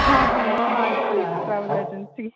ہاں ہاں یہِ چھِ مَلٹِپُلیفکٕس ٹراوٕل ایٚجَنسی